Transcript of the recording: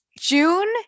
June